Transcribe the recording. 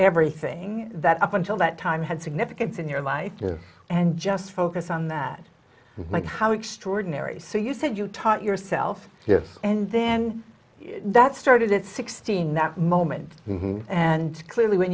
everything that up until that time had significance in your life and just focus on that like how extraordinary so you said you taught yourself yes and then that started at sixteen that moment and clearly when